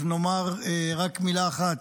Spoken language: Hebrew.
אומר רק מילה אחת,